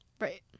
Right